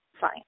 fine